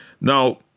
Now